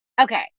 Okay